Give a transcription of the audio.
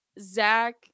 Zach